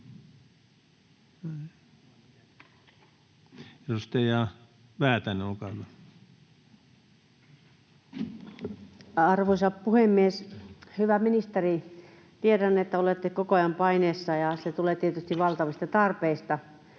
Edustaja Väätäinen, olkaa hyvä. Arvoisa puhemies! Hyvä ministeri, tiedän, että olette koko ajan paineessa, ja se tulee tietysti valtavista tarpeista